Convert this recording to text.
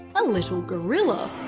a little gorilla.